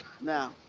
Now